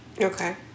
Okay